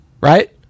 Right